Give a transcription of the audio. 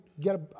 get